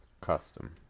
Custom